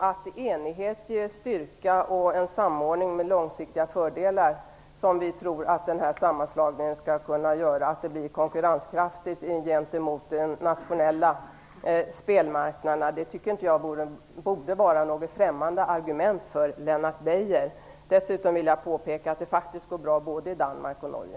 Att enighet ger styrka och en samordning med långsiktiga fördelar, som vi tror att den här sammanslagningen skall kunna göra, och att vi därmed får konkurrenskraft gentemot de nationella spelmarknaderna tycker jag inte borde vara något främmande argument för Lennart Beijer. Dessutom vill jag påpeka att det faktiskt går bra både i Danmark och i Norge.